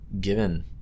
given